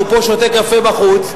הוא פה שותה קפה בחוץ,